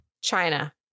China